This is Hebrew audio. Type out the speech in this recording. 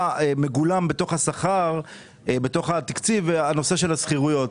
מגולם בתוך התקציב הנושא של השכירויות.